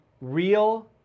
real